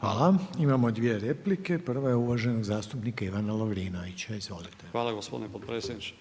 Hvala. Imamo dvije replike, prva je uvaženog zastupnika Ivana Lovrinovića. Izvolite. **Lovrinović, Ivan (Promijenimo Hrvatsku)** Hvala gospodine potpredsjedniče.